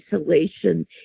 isolation